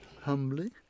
humbly